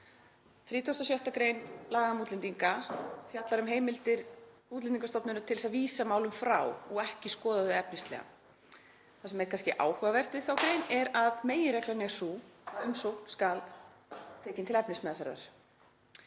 gr. laganna. 36. gr. laga um útlendinga fjallar um heimildir Útlendingastofnunar til þess að vísa málum frá og ekki skoða þau efnislega. Það sem er kannski áhugavert við þá grein er að meginreglan er sú að umsókn skuli tekin til efnismeðferðar.